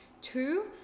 two